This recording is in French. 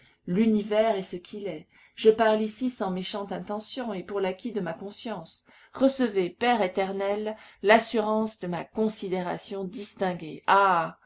l'univers est ce qu'il est je parle ici sans méchante intention et pour l'acquit de ma conscience recevez père éternel l'assurance de ma considération distinguée ah